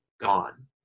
gone